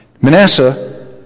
Manasseh